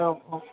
औ औ